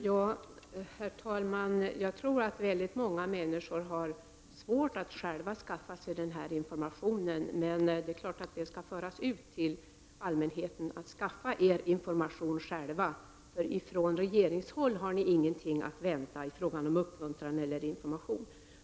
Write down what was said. Herr talman! Jag tror att väldigt många människor har svårt att själva skaffa sig denna information. Men det är klart att man skall säga till allmänheten att den själv skall skaffa sig information, eftersom den från regeringshåll inte har något att vänta i fråga om uppmuntran och information.